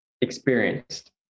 experienced